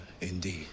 indeed